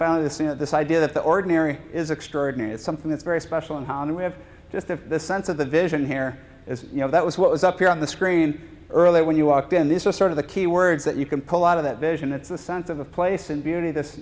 found this in this idea that the ordinary is extraordinary is something that's very special and how can we have just the sense of the vision here is you know that was what was up here on the screen earlier when you walked in this was sort of the key words that you can pull out of that vision it's a sense of place and beauty this